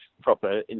proper